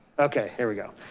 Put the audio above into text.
okay, here we go.